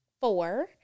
four